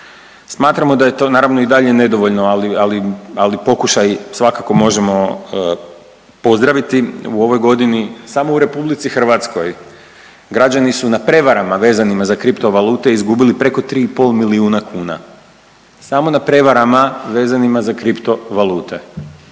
Smatramo da je to naravno i dalje nedovoljno, ali, ali pokušaji svakako možemo pozdraviti. U ovoj godini samo u RH građani su na prevarama vezanim za kriptovalute izgubili preko 3,5 milijuna kuna. Samo na prevarama vezanima za kriptovalute.